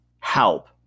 help